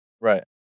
Right